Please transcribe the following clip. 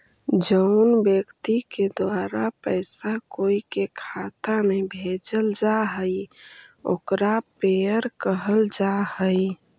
जउन व्यक्ति के द्वारा पैसा कोई के खाता में भेजल जा हइ ओकरा पेयर कहल जा हइ